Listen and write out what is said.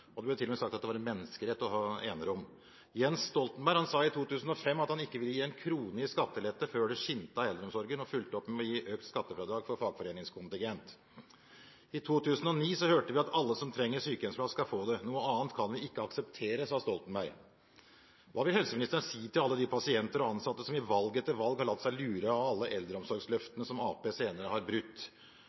Det ble til og med sagt at det var en menneskerett å ha enerom. Jens Stoltenberg sa i 2005 at han ikke ville gi en krone i skattelette før det skinte av eldreomsorgen – og fulgte opp med å gi økt skattefradrag for fagforeningskontingent. I 2009 hørte vi at alle som trenger sykehjemsplass, skal få det. Noe annet kan vi ikke akseptere, sa Stoltenberg. Hva vil helseministeren si til alle de pasienter og ansatte som i valg etter valg har latt seg lure av alle eldreomsorgsløftene, som Arbeiderpartiet senere har brutt?